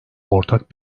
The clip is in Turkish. ortak